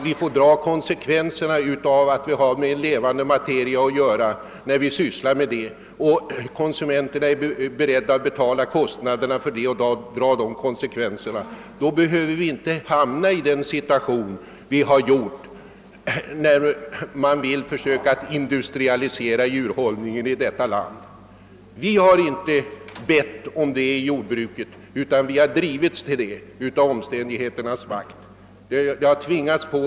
Vi får dra konsekvenserna av att vi har med levande materia att göra, och konsumenterna får vara beredda att betala kostnaderna. Då behöver det inte heller bli nödvändigt att industrialisera djurhållningen i vårt land hur långt som helst. Vi inom jordbruket har inte bett om denna utveckling utan omständigheterna har drivit fram den.